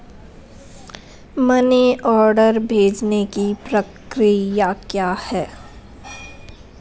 Money order भेजने की प्रक्रिया क्या है?